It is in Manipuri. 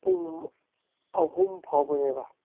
ꯄꯨꯡ ꯑꯍꯨꯝ ꯐꯥꯎꯕꯅꯦꯕ